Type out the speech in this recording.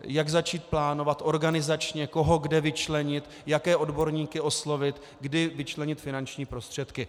Jak začít plánovat, organizačně, koho kde vyčlenit, jaké odborníky oslovit, kdy vyčlenit finanční prostředky.